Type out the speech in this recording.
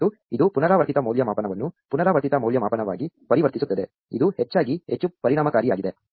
ಮತ್ತು ಇದು ಪುನರಾವರ್ತಿತ ಮೌಲ್ಯಮಾಪನವನ್ನು ಪುನರಾವರ್ತಿತ ಮೌಲ್ಯಮಾಪನವಾಗಿ ಪರಿವರ್ತಿಸುತ್ತದೆ ಇದು ಹೆಚ್ಚಾಗಿ ಹೆಚ್ಚು ಪರಿಣಾಮಕಾರಿಯಾಗಿದೆ